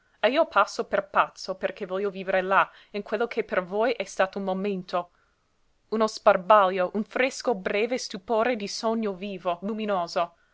e io passo per pazzo perché voglio vivere là in quello che per voi è stato un momento uno sbarbàglio un fresco breve stupore di sogno vivo luminoso